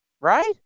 Right